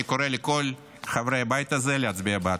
אני קורא לכל חברי הבית הזה להצביע בעד.